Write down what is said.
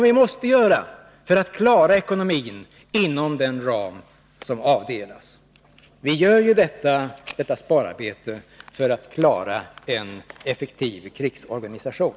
Vi måste göra det för att klara ekonomin inom den ram som avdelas. Vi genomför ju detta spararbete för att klara en effektiv krigsorganisation.